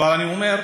אבל אני אומר,